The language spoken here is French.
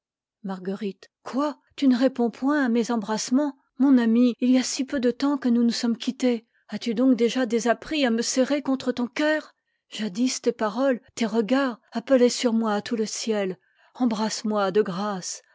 retard equoi tu ne réponds point à mes embrassements mon ami il y a si peu de temps que nous nous sommes quittés as-tu donc déjà désappris à me serrer contre ton cœur jadis tes paroles tes regards appelaient sur moi tout le ciel embrasse-moi de grâce